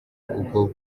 ubwo